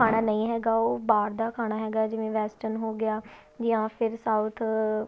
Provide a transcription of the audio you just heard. ਖਾਣਾ ਨਹੀਂ ਹੈਗਾ ਉਹ ਬਾਹਰ ਦਾ ਖਾਣਾ ਹੈਗਾ ਜਿਵੇਂ ਵੈਸਟਰਨ ਹੋ ਗਿਆ ਜਾਂ ਫਿਰ ਸਾਊਥ